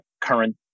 current